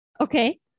Okay